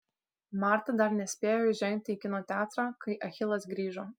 marta dar nespėjo įžengti į kino teatrą kai achilas grįžo